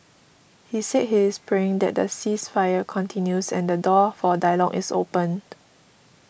he said he is praying that the ceasefire continues and the door for dialogue is opened